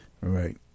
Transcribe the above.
Right